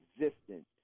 existence